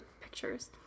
pictures